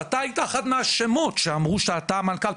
אתה היית אחד מהשמות שאמרו שאתה המנכ"ל.